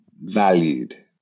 valued